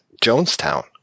Jonestown